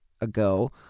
ago